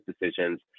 decisions